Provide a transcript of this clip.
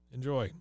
Enjoy